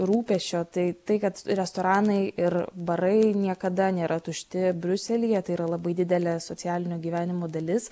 rūpesčio tai tai kad restoranai ir barai niekada nėra tušti briuselyje tai yra labai didelė socialinio gyvenimo dalis